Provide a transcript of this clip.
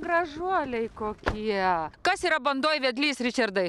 gražuoliai kokie kas yra bandoj vedlys ričardai